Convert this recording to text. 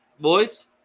boys